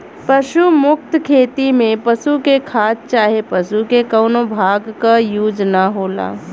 पशु मुक्त खेती में पशु के खाद चाहे पशु के कउनो भाग क यूज ना होला